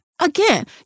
Again